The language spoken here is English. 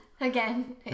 Again